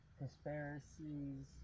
conspiracies